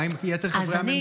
מה עם יתר חברי הממשלה?